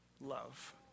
love